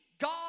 God